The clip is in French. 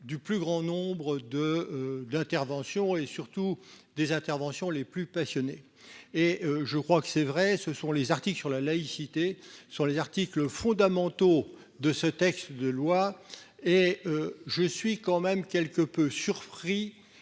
du plus grand nombre de d'intervention et surtout des interventions les plus passionnés et je crois que c'est vrai, ce sont les articles sur la laïcité sur les articles fondamentaux de ce texte de loi. Et je suis quand même quelque peu surpris